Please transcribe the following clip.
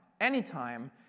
anytime